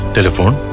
Telephone